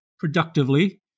productively